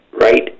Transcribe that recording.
right